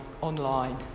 online